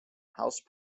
house